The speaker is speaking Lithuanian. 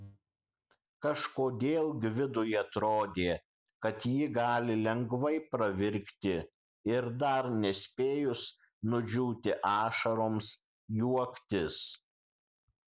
kažkodėl gvidui atrodė kad ji gali lengvai pravirkti ir dar nespėjus nudžiūti ašaroms juoktis